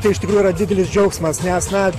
tai iš tikrųjų yra didelis džiaugsmas nes na